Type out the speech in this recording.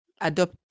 adopt